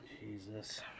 Jesus